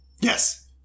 Yes